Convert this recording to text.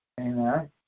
Amen